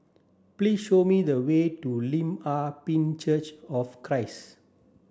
please show me the way to Lim Ah Pin Church of Christ